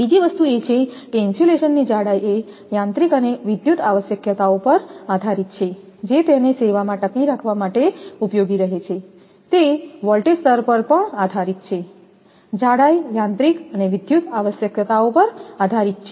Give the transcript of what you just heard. બીજી વસ્તુ એ છે કે ઇન્સ્યુલેશનની જાડાઈ એ યાંત્રિક અને વિદ્યુત આવશ્યકતાઓ પર આધારીત છે જે તેને સેવામાં ટકી રાખવામાં ઉપયોગિ રહે છે તે વોલ્ટેજ સ્તર પર પણ આધારિત છે જાડાઈ યાંત્રિક અને વિદ્યુત આવશ્યકતાઓ પર આધારિત છે